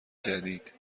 جدید